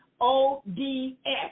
O-D-S